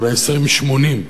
של ה-80:20.